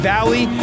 Valley